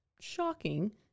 shocking